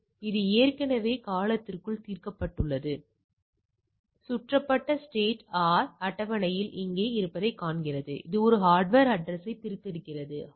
எனவே பொதுவாக நாம் 3 1ஐ எதிர்பார்க்கிறோம் ஆனால் நாம் 85 15 இன் புறத்தோற்ற விகிதத்தைக் காண்கிறோம் இது அதேபோன்று இல்லை நமக்குப் புரிகிறதா